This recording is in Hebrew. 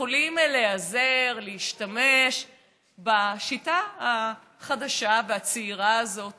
יכולים להיעזר ולהשתמש בשיטה החדשה והצעירה הזאת